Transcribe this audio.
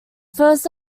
first